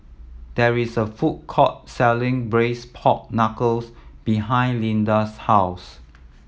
there is a food court selling braised pork knuckles behind Lida's house